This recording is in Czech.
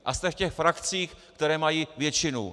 A jste v těch frakcích, které mají většinu.